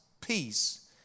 peace